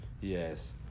Yes